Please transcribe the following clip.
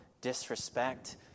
disrespect